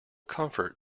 comfort